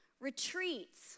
retreats